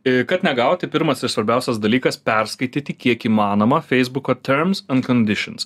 i kad negauti pirmas ir svarbiausias dalykas perskaityti kiek įmanoma feisbuko terms and conditions